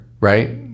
Right